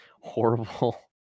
horrible